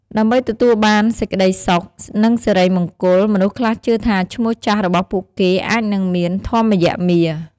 ដើម្បីទទួលបានសេចក្តីសុខ និងសិរីមង្គល មនុស្សខ្លះជឿថាឈ្មោះចាស់របស់ពួកគេ អាចនឹងមាន "ធម្យមារ" ។